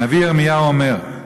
הנביא ירמיהו אומר: